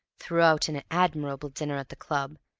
throughout an admirable dinner at the club,